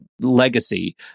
legacy